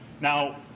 Now